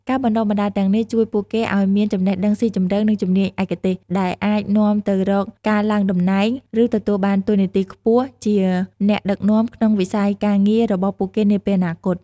ការបណ្ដុះបណ្ដាលទាំងនេះជួយពួកគេឱ្យមានចំណេះដឹងស៊ីជម្រៅ និងជំនាញឯកទេស ដែលអាចនាំទៅរកការឡើងតំណែង ឬទទួលបានតួនាទីខ្ពស់ជាអ្នកដឹកនាំក្នុងវិស័យការងាររបស់ពួកគេនាពេលអនាគត។